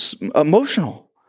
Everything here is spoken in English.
emotional